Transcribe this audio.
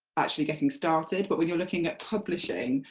actually getting started, but when you're looking at publishing,